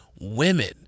women